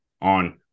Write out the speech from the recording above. on